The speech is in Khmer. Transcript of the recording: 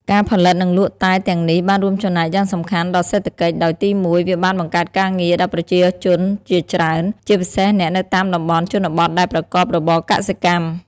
ការផលិតនិងលក់តែទាំងនេះបានរួមចំណែកយ៉ាងសំខាន់ដល់សេដ្ឋកិច្ច ដោយទី១ វាបានបង្កើតការងារ ដល់ប្រជាជនជាច្រើន ជាពិសេសអ្នកនៅតាមតំបន់ជនបទដែលប្រកបរបរកសិកម្ម។